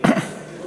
כבוד